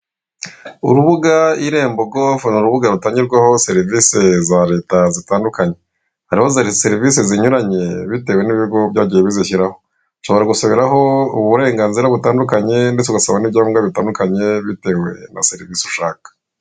Icyapa kiri mu ibara ry'ubururu, kiri kugaragaza serivisi zitangirwa ku rubuga rwa Irembo. Ku rubuga rwa Irembo habaho serivisi nyinshi zitandukanye; umuntu ahitamo iyo akeneye.